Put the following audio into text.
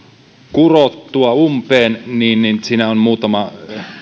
kurottua umpeen siinä on muutama